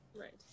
Right